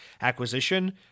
acquisition